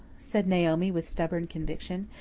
said naomi with stubborn conviction.